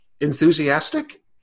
enthusiastic